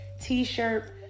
T-shirt